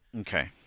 Okay